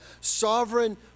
sovereign